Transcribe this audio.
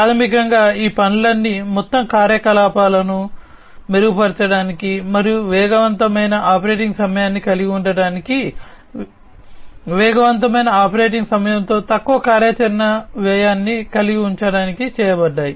ప్రాథమికంగా ఈ పనులన్నీ మొత్తం కార్యకలాపాలను మెరుగుపరచడానికి మరియు వేగవంతమైన ఆపరేటింగ్ సమయాన్ని కలిగి ఉండటానికి వేగవంతమైన ఆపరేటింగ్ సమయంతో తక్కువ కార్యాచరణ వ్యయాన్ని కలిగి ఉండటానికి చేయబడ్డాయి